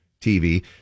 tv